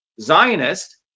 Zionist